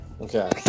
Okay